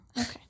Okay